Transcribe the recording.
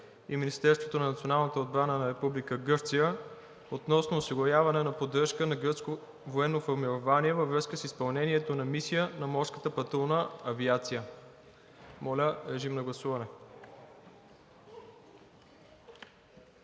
и Министерството на националната отбрана на Република Гърция относно осигуряване на поддръжка на гръцко военно формирование във връзка с изпълнението на мисия на Морската патрулна авиация. Гласували